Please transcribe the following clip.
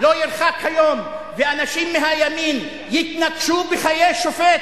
לא ירחק היום ואנשים מהימין יתנקשו בחיי שופט